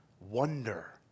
wonder